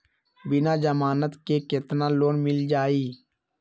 बिना जमानत के केतना लोन मिल जाइ?